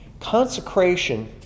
consecration